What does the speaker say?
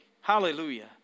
Hallelujah